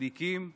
צדיקים ושהידים.